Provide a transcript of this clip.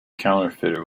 counterfeiter